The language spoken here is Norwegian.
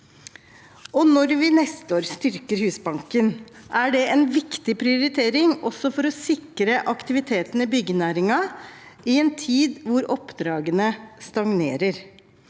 Når vi neste år styrker Husbanken, er det en viktig prioritering også for å sikre aktiviteten i byggenæringen i en tid hvor oppdragene stagnerer.